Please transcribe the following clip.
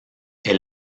est